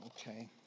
okay